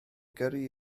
gyrru